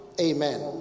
Amen